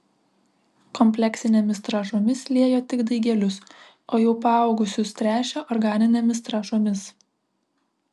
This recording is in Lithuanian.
kompleksinėmis trąšomis liejo tik daigelius o jau paaugusius tręšė organinėmis trąšomis